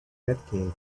batcave